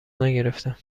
نگرفتم